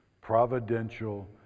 Providential